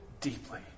deeply